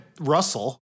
Russell